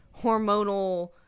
hormonal